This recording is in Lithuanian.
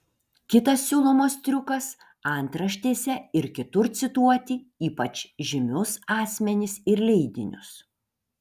kitas siūlomas triukas antraštėse ir kitur cituoti ypač žymius asmenis ir leidinius